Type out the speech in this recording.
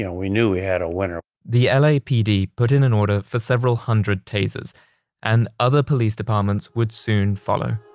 yeah we knew we had a winner the lapd put in an order for several hundred tasers and other police departments would soon follow